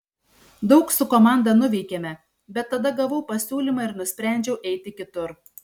daug su komanda nuveikėme bet tada gavau pasiūlymą ir nusprendžiau eiti kitur